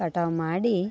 ಕಟಾವು ಮಾಡಿ